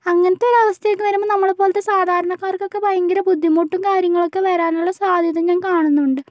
അങ്ങനത്തെ ഒരു അവസ്ഥയൊക്കെ വരുമ്പോൾ നമ്മളെ പോലത്തെ സാധാരണക്കാർക്കൊക്കെ ഭയങ്കര ബുദ്ധിമുട്ടും കാര്യങ്ങളുമൊക്കെ വരാനുള്ള സാധ്യത ഞാൻ കാണുന്നുണ്ട്